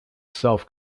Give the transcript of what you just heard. self